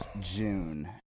June